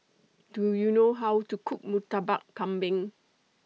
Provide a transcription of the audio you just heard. Do YOU know How to Cook Murtabak Kambing